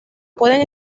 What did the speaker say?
pueden